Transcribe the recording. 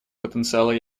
потенциала